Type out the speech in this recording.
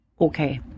okay